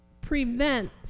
prevent